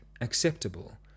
acceptable